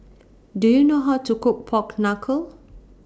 Do YOU know How to Cook Pork Knuckle